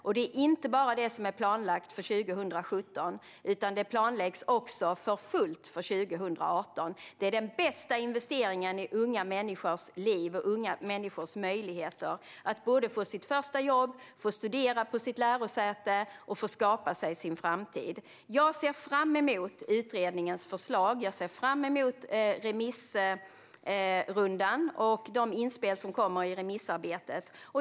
Det gäller inte heller bara det som var planlagt för 2017, utan det planläggs också för fullt för 2018. Det är den bästa investeringen i unga människors liv och i unga människors möjligheter att få det första jobbet, studera på ett lärosäte och skapa en framtid. Jag ser fram emot utredningens förslag, och jag ser fram emot remissrundan och de inspel som kommer i remissarbetet.